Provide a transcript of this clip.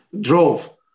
drove